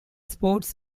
spots